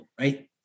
right